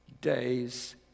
days